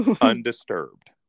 Undisturbed